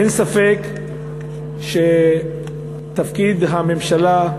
אין ספק שתפקיד הממשלה,